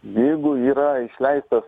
jeigu yra išleistas